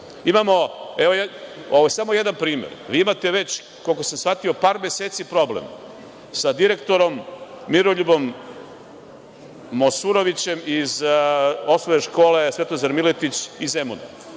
realna opcija. Samo jedan primer. Vi imate već, koliko sam shvatio, par meseci problem sa direktorom Miroljubom Mosurovićem iz osnovne škole „Svetozar Miletić“ iz Zemuna.